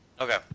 Okay